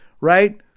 right